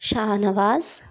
Shahnawaz